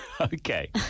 Okay